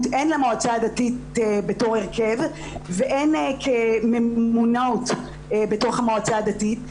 הן למועצה הדתית בתור הרכב והן כממונות בתוך המועצה הדתית,